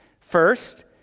First